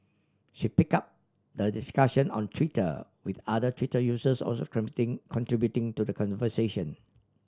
she pick up the discussion on Twitter with other Twitter users also contributing to the